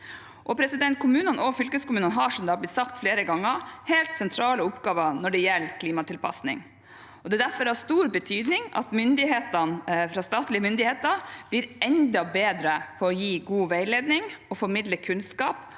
samfunn 2024 Kommunene og fylkeskommunene har, som det har blitt sagt flere ganger, helt sentrale oppgaver når det gjelder klimatilpasning. Det er derfor av stor betydning at statlige myndigheter blir enda bedre på å gi god veiledning og formidle kunnskap